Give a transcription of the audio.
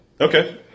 Okay